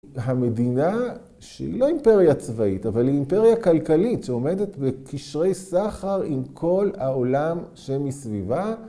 המדינה שהיא לא אימפריה צבאית, אבל היא אימפריה כלכלית שעומדת בקשרי סחר עם כל העולם שמסביבה